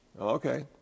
Okay